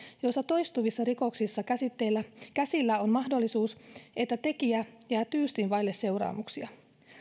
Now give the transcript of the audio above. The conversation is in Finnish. joissa toistuvissa rikoksissa käsillä on mahdollisuus että tekijä jää tyystin vaille seuraamuksia